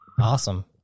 Awesome